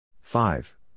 Five